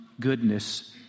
goodness